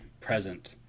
present